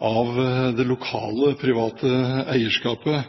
av det lokale private eierskapet.